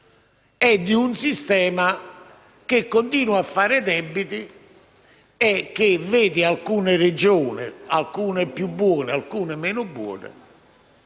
di un sistema che continua a fare debiti e che vede alcune Regioni (alcune più buone, altre meno buone)